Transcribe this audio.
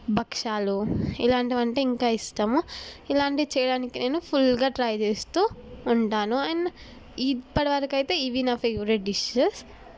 భక్షాలు ఇలాంటివంటే ఇంకా ఇష్టము ఇలాంటి చేయడానికి నేను ఫుల్గా ట్రై చేస్తూ ఉంటాను అండ్ ఇప్పటివరకు అయితే ఇవి నా ఫేవరెట్ డిషెస్